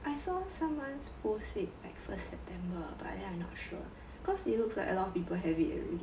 I saw someone post it at first september but then I'm not sure cause it looks like a lot of people have it already